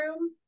room